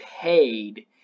paid